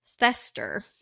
thester